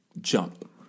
Jump